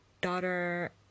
daughter